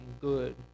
good